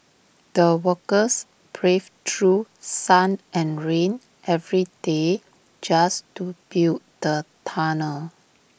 the workers braved through sun and rain every day just to build the tunnel